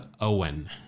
Owen